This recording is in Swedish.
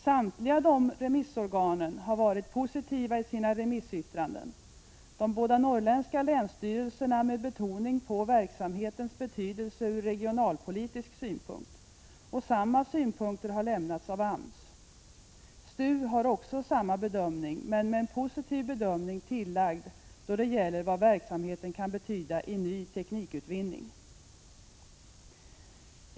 Samtliga dessa remissorgan har varit positiva i sina remissyttranden — de båda norrländska länsstyrelserna med betoning på verksamhetens betydelse från regionalpolitisk synpunkt. Samma synpunkter har lämnats av AMS. STU gör också samma bedömning, men med en positiv bedömning tillagd då det gäller verksamhetens betydelse för ny teknikutveckling.